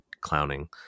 clowning